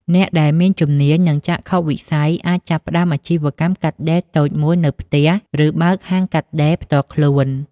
អ្នកដែលមានជំនាញ និងចក្ខុវិស័យអាចចាប់ផ្តើមអាជីវកម្មកាត់ដេរតូចមួយនៅផ្ទះ ឬបើកហាងកាត់ដេរផ្ទាល់ខ្លួន។